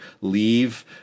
leave